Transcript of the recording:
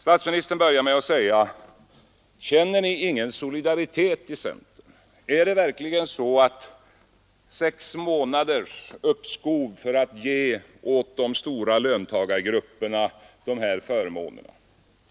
Statsministern började med att säga: Känner ni i centern ingen solidaritet? Är det verkligen så, att centern inte kan acceptera sex månaders uppskov för att ge de stora löntagargrupperna dessa förmåner?